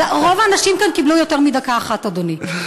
אבל רוב האנשים כאן קיבלו יותר מדקה אחת, אדוני.